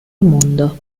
mondo